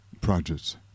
projects